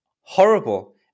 horrible